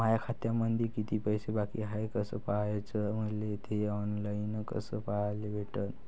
माया खात्यामंधी किती पैसा बाकी हाय कस पाह्याच, मले थे ऑनलाईन कस पाह्याले भेटन?